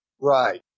Right